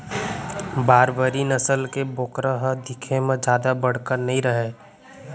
बारबरी नसल के बोकरा ह दिखे म जादा बड़का नइ रहय